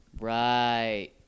Right